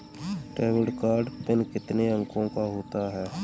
Debit card pin कितने अंकों का होता है?